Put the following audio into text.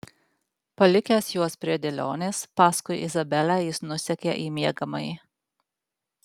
palikęs juos prie dėlionės paskui izabelę jis nusekė į miegamąjį